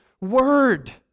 word